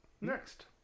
Next